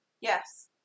Yes